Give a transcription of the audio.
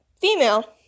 Female